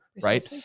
right